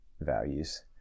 values